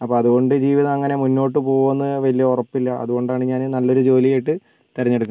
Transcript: അപ്പോൾ അതുകൊണ്ട് ജീവിതം അങ്ങനെ മുന്നോട്ട് പോവുമോ എന്ന് വലിയ ഉറപ്പില്ല അതുകൊണ്ടാണ് ഞാൻ നല്ലൊരു ജോലിയിട്ട് തിരഞ്ഞെടു